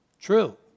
True